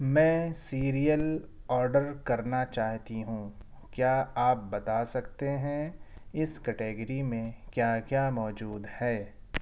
میں cereal order کرنا چاہتی ہوں کیا آپ بتا سکتے ہیں اس کیٹیگری میں کیا کیا موجود ہے